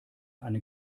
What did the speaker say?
eine